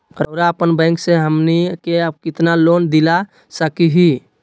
रउरा अपन बैंक से हमनी के कितना लोन दिला सकही?